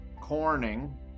Corning